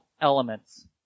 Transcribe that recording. elements